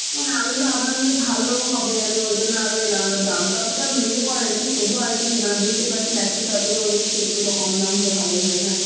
না না আমি ভাবলাম যে ভালো হবে আমি ওই জন্য আরও এলাম এবার দামটা অতটা ইয়ে করে নিই তবুও আর কি মানে বুঝতেই পারছেন এক সাথে এতগুলো নিচ্ছি একটু তো কম দাম হলে ভালোই হয় না